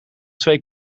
twee